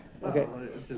Okay